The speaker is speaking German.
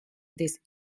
des